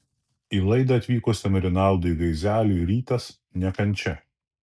į laidą atvykusiam rinaldui gaizeliui rytas ne kančia